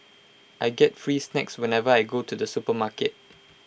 I get free snacks whenever I go to the supermarket